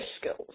skills